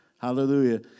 Hallelujah